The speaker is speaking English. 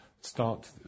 start